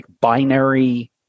binary